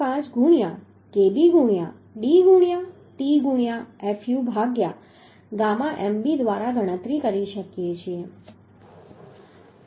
5 ગુણ્યા kb ગુણ્યા d ગુણ્યા t ગુણ્યા fu ભાગ્યા ગામા mb દ્વારા ગણતરી કરી શકીએ છીએ